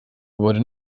wurde